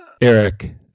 eric